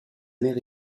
mère